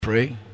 Pray